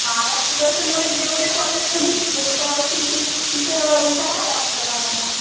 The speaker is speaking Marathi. महाराष्ट्र दर्शनमध्ये जेवढे पर्यटन स्थळं असतील ती तिथं विचार आहे आमचा जाण्याचा